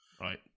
Right